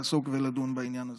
ולדון בעניין הזה.